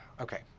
okay